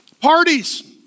Parties